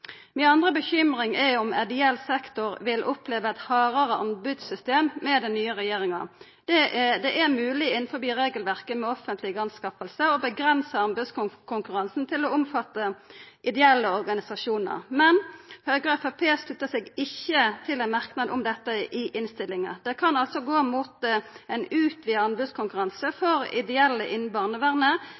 Mi andre bekymring er om ideell sektor vil oppleva eit hardare anbodssystem med den nye regjeringa. Det er innanfor regelverket for offentlege anskaffingar mogleg å avgrensa anbodskonkurransen til å omfatta ideelle organisasjonar. Men Høgre og Framstegspartiet sluttar seg ikkje til ein merknad om dette i innstillinga. Det kan altså gå mot ein utvida anbodskonkurranse for